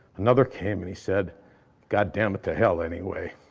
another came and he said god damnit to hell anyway.